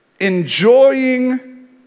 enjoying